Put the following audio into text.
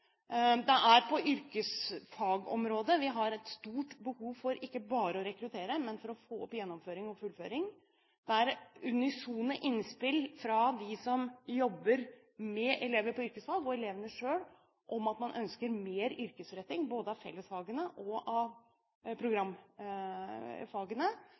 På yrkesfagområdet har vi et stort behov ikke bare for å rekruttere, men for å få opp gjennomføring og fullføring. Det er unisone innspill fra dem som jobber med elever på yrkesfag og elevene selv, om at man ønsker mer yrkesretting både av fellesfagene og av